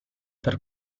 per